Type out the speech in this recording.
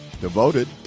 devoted